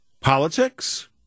politics